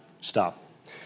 Stop